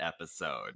episode